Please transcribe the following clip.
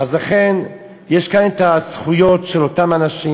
אכן יש כאן הזכויות של אותם אנשים